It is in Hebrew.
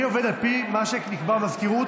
אני עובד על פי מה שנקבע במזכירות,